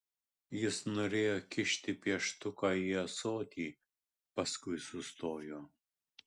jis norėjo kišti pieštuką į ąsotį paskui sustojo